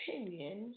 opinion